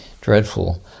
dreadful